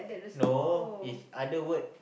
no is other word